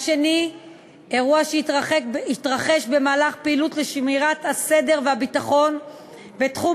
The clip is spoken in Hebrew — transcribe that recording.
2. אירוע שהתרחש במהלך פעילות לשמירת הסדר והביטחון בתחום